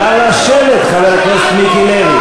נא לשבת, חבר הכנסת לוי.